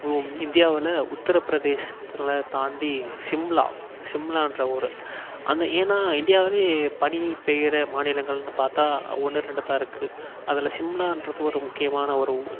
இந்தியாவில் உத்திரப்பிரதேசத்தில் தாண்டி சிம்லா சிம்லான்ற ஊர் அந்த ஏன்னா இந்தியாவுலேயே பனி பெய்கிற மாநிலங்கள்னு பார்த்தா ஒன்று ரெண்டுதான் இருக்குது அதில் சிம்லான்றது ஒரு முக்கியமான ஒரு ஊர்